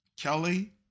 Kelly